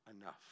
enough